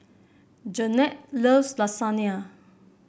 Jannette loves Lasagne